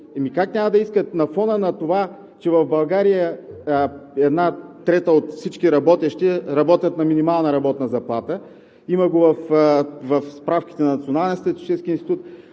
как няма да искат на фона на това, че в България една трета от всички работещи работят на минимална работна заплата – има го в справките на Националния статистически институт;